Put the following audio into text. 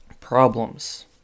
Problems